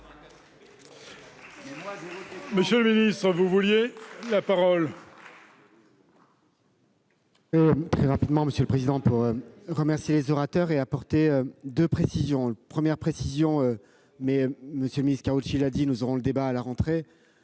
Monsieur le ministre, vous voulez relancer le